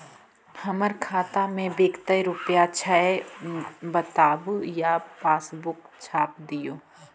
हमर खाता में विकतै रूपया छै बताबू या पासबुक छाप दियो?